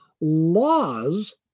Laws